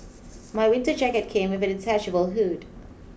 my winter jacket came with a detachable hood